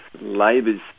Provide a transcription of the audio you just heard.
Labor's